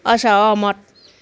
असहमत